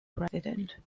president